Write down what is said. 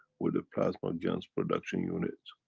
with the plasma gans production units,